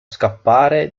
scappare